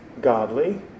godly